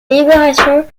libération